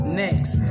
next